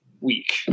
week